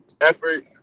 effort